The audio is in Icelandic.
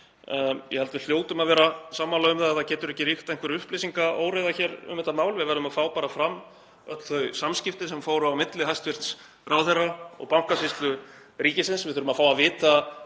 Ég held að við hljótum að vera sammála um að það geti ekki ríkt einhver upplýsingaóreiða hér um þetta mál. Við verðum bara að fá fram öll þau samskipti sem fóru á milli hæstv. ráðherra og Bankasýslu ríkisins. Við þurfum að fá að vita